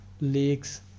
lakes